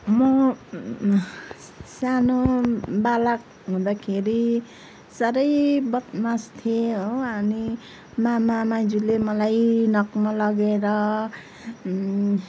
म सानो बालक हुँदाखेरि साह्रै बदमास थिएँ हो अनि मामा माइजूले मलाई रिनाकमा लगेर